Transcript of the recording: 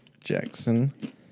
Jackson